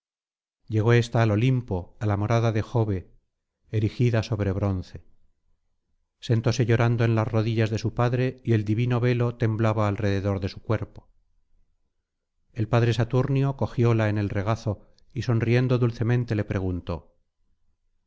llegó ésta al olimpo á la morada de jove erigida sobre bronce sentóse llorando en las rodillas de su padre y el divino velo temblaba alrededor de su cuerpo el padre saturnio cogióla en el regazo y sonriendo dulcemente le preguntó